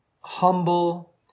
humble